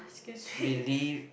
excuse me